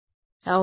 విద్యార్థి అవును